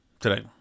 today